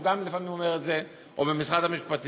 שהוא גם לפעמים אומר את זה או במשרד המשפטים.